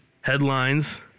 headlines